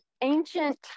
ancient